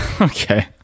Okay